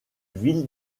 ville